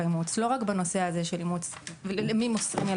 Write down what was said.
לתת פחות מאחוז מהילדים לאימוץ זוגות להט"בים,